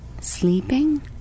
Sleeping